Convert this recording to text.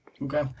Okay